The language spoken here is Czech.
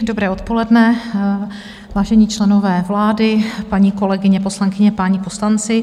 Dobré odpoledne, vážení členové vlády, paní kolegyně poslankyně, páni poslanci.